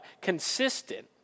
consistent